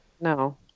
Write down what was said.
No